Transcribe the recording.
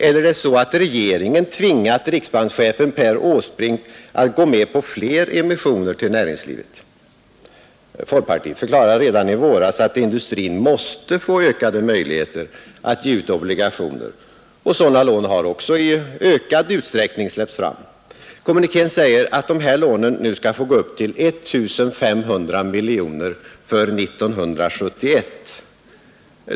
Eller har regeringen tvingat riksbankschefen Per Åsbrink att gå med på fler emissioner till näringslivet? Folkpartiet förklarade redan i våras att industrin måste få ökade möjligheter att ge ut obligationer, och sådana lån har också i ökad utsträckning släppts fram. Kommunikén säger att de här lånen nu skall få gå upp till I 500 miljoner för 1971.